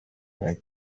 and